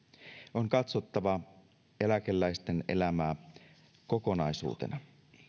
on katsottava eläkeläisten elämää kokonaisuutena